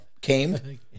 Came